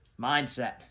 Mindset